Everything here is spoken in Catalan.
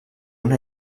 una